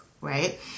right